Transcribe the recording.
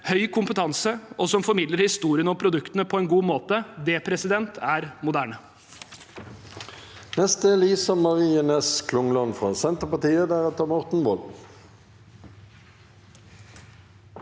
høy kompetanse som formidler historien om produktene på en god måte. Det er moderne.